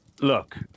Look